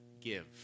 give